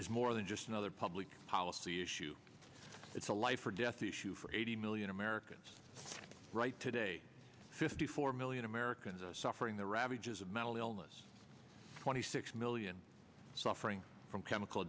is more than just another public policy issue it's a life or death issue for eighty million americans right today fifty four million americans are suffering the ravages of mental illness twenty six million suffering from chemical